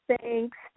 thanks